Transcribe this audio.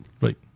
Right